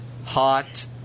hot